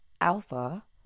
alpha